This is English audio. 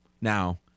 Now